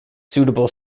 suitable